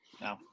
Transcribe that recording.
no